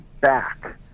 back